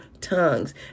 tongues